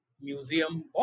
museum